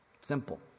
Simple